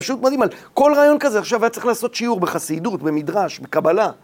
פשוט מדהים, כל רעיון כזה עכשיו היה צריך לעשות שיעור בחסידות, במדרש, בקבלה.